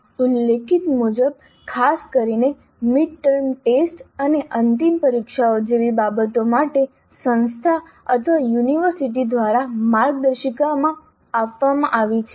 ઉલ્લેખિત મુજબ ખાસ કરીને મિડટર્મ ટેસ્ટ અને અંતિમ પરીક્ષાઓ જેવી બાબતો માટે સંસ્થા અથવા યુનિવર્સિટી દ્વારા માર્ગદર્શિકા આપવામાં આવી છે